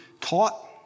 taught